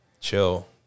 chill